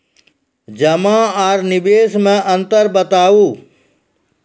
जमा आर निवेश मे अन्तर बताऊ?